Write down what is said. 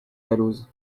dalloz